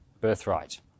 birthright